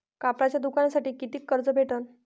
कापडाच्या दुकानासाठी कितीक कर्ज भेटन?